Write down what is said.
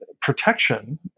protection